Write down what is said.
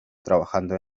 trabajando